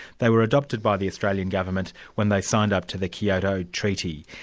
they were adopted by the australian government when they signed up to the kyoto treaty,